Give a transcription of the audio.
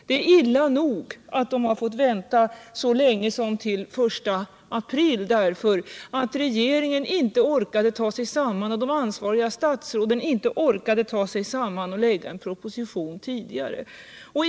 Det är illa nog att de har fått vänta så länge som till den 1 april 1978, därför att de ansvariga statsråden inte orkade ta = Ökat stöd till sig samman och lägga propositionen tidigare.